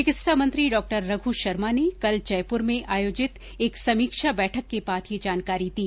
चिकित्सा मंत्री डॉ रघु शर्मा ने कल जयपुर में आयोजित एक समीक्षा बैठक के बाद ये जानकारी दी